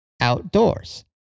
outdoors